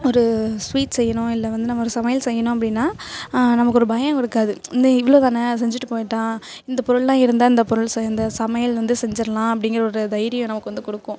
ஒரு ஸ்வீட்ஸ் செய்யணும் இல்லை வந்து நம்ம ஒரு சமையல் செய்யணும் அப்படினா நமக்கு ஒரு பயம் இருக்காது இந்த இவ்வளோ தான் செஞ்சிட்டு போயிட்டா இந்தப் பொருள்லாம் இருந்தால் இந்த பொருள் செ இந்த சமையல் வந்து செஞ்சடலாம் அப்படிங்கிற ஒரு தைரியம் நமக்கு வந்து கொடுக்கும்